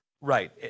Right